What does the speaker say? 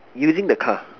using the car